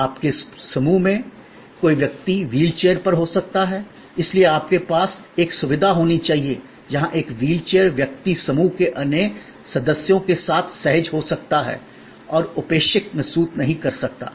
आपके समूह में कोई व्यक्ति व्हील चेयर पर हो सकता है इसलिए आपके पास एक सुविधा होनी चाहिए जहां एक व्हील चेयर व्यक्ति समूह के अन्य सदस्यों के साथ सहज हो सकता है और उपेक्षित महसूस नहीं कर सकता है